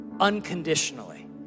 Unconditionally